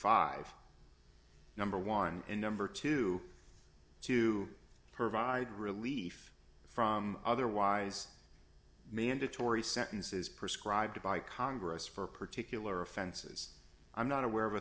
five number one and number two to provide relief from otherwise mandatory sentences prescribed by congress for a particular offenses i'm not aware of